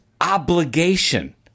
obligation